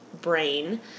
brain